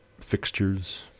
fixtures